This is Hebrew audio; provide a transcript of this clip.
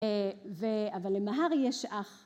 אבל למהר יש אח.